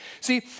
See